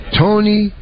tony